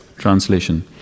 Translation